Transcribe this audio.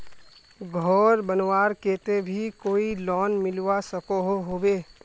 घोर बनवार केते भी कोई लोन मिलवा सकोहो होबे?